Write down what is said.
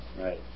Right